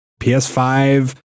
PS5